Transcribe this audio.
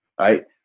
Right